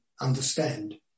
understand